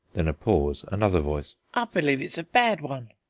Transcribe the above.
then a pause another voice i believe it's a bad one.